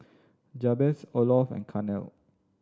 Jabez Olof and Carnell